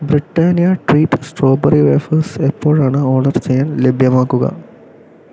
Britannia treat strawberry വേഫറുകൾ എപ്പോഴാണ് order ചെയ്യാൻ ലഭ്യമാക്കുക